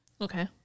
Okay